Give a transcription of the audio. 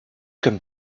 comme